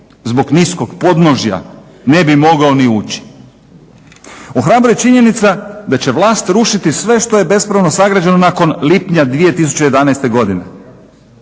zbog niskog podnožja ne bi mogao ni ući. Ohrabruje činjenica da će vlast rušiti sve što je bespravno sagrađeno nakon lipnja 2011. godine.